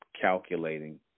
Calculating